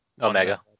Omega